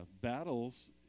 battles